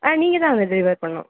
நீங்கள் தான் அதை டெலிவர் பண்ணணும்